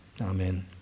Amen